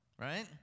right